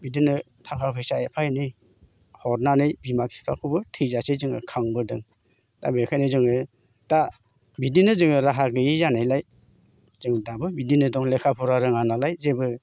बिदिनो ताका फैसा एफा एनै हरनानै बिमा फिफाखौबो थैजासे जोङो खांबोदों दा बेखायनो जोङो दा बिदिनो जोङो राहा गोयि जानायलाय जों दाबो बिदिनो दं लेखा फरा रोङा नालाय जेबो